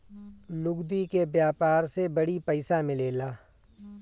लुगदी के व्यापार से बड़ी पइसा मिलेला